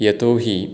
यतोहि